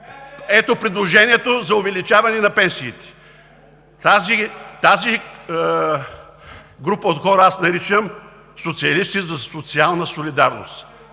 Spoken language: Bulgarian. предложението за увеличаване на пенсиите. Тази група от хора аз наричам социалисти за социална солидарност.